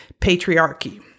patriarchy